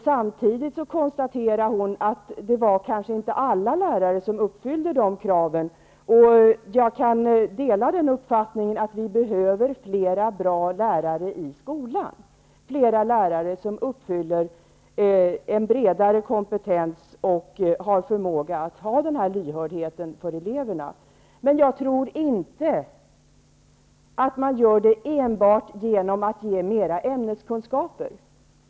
Samtidigt konstaterade hon att det kanske inte var alla lärare som uppfyllde de kraven. Jag kan dela uppfattningen att vi behöver flera bra lärare i skolan, lärare som uppfyller krav på en bredare kompetens och som har denna lyhördhet för eleverna. Men jag tror inte att man uppnår det enbart genom att ge mera ämneskunskaper.